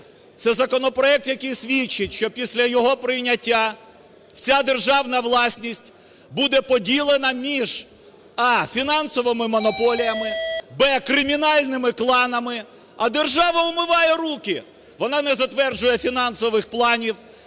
Це законопроект, який свідчить, що після його прийняття вся державна власність буде поділена між: а) фінансовими монополіями, б) кримінальними кланами. А держава умиває руки, вона не затверджує фінансових планів.